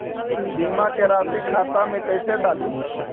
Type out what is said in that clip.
बीमा के रासी खाता में कैसे डाली?